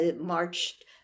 marched